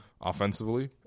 offensively